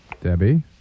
Debbie